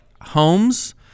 homes